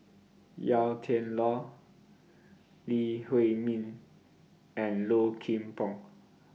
Yau Tian Lau Lee Huei Min and Low Kim Pong